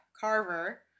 Carver